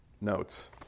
notes